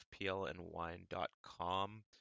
fplandwine.com